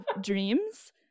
dreams